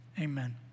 amen